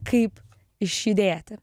kaip išjudėti